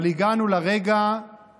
אבל הגענו לרגע.